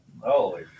Holy